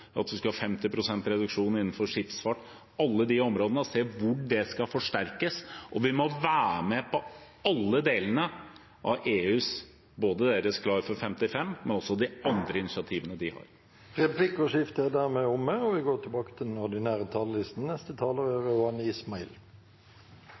reduksjon innenfor skipsfart – alle de områdene – og se hvor det skal forsterkes, og vi må være med på alle delene av EUs initiativer, både Klar for 55 og de andre initiativene de har. Replikkordskiftet er dermed omme.